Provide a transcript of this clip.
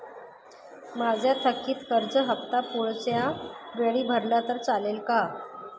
माझा थकीत कर्ज हफ्ता पुढच्या वेळी भरला तर चालेल का?